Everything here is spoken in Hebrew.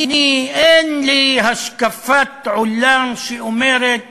אין לי השקפת עולם שאומרת